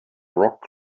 rock